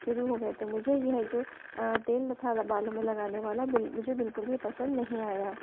शुरू हो गये थे मुझे यह जो तेल था बालों में लगाने वाला बिल मुझे बिलकुल भी पसंद नहीं आया